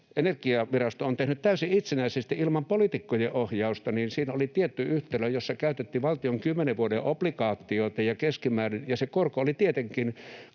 Energiavirasto on tehnyt täysin itsenäisesti ilman poliitikkojen ohjausta, niin siinä oli tietty yhtälö, jossa käytettiin valtion kymmenen vuoden obligaatioita, ja se korko oli tietenkin